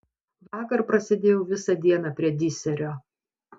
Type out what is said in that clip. vakar prasėdėjau visą dieną prie diserio